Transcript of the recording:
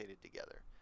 together